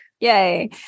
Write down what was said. yay